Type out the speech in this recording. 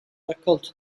raccolto